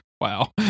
Wow